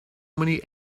many